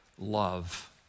love